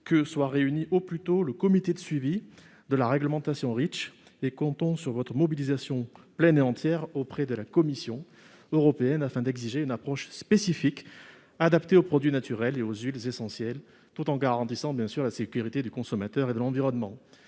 que soit réuni au plus tôt le comité de suivi de la réglementation Reach, et nous comptons sur votre mobilisation pleine et entière auprès de la Commission européenne pour exiger une approche spécifique, adaptée aux produits naturels et aux huiles essentielles, tout en garantissant, bien évidemment, la sécurité du consommateur et de l'environnement.